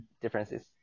differences